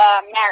married